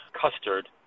custard